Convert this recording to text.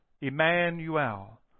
Emmanuel